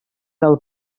del